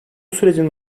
sürecin